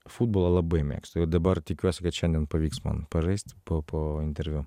futbolą labai mėgstu ir dabar tikiuosi kad šiandien pavyks man pažaist po po interviu